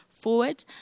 forward